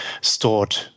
stored